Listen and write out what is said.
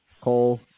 Cole